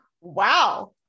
Wow